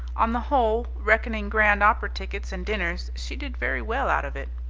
on the whole, reckoning grand opera tickets and dinners, she did very well out of it.